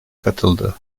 katıldı